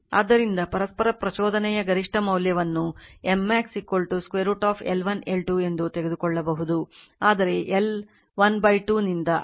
ಆದ್ದರಿಂದ ಪರಸ್ಪರ ಪ್ರಚೋದನೆಯ ಗರಿಷ್ಠ ಮೌಲ್ಯವನ್ನು M max √ L1 L2 ಎಂದು ತೆಗೆದುಕೊಳ್ಳಬಹುದು ಆದರೆ L12 ನಿಂದ ಅಲ್ಲ